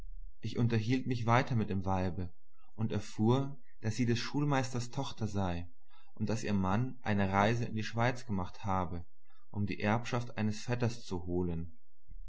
ich unterhielt mich weiter mit dem weibe und erfuhr daß sie des schulmeisters tochter sei und daß ihr mann eine reise in die schweiz gemacht habe um die erbschaft eines vetters zu holen